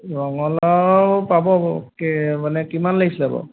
ৰঙালাও পাব পাব মানে কিমান লাগিছিলে বাৰু